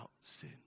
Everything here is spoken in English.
sin